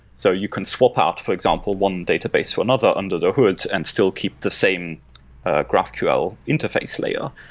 so you can swap out, for example, one database to another under the hood and still keep the same graphql interface layer.